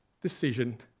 decision